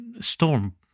storm